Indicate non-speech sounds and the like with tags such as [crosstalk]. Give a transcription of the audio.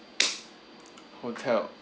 [noise] hotel